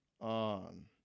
on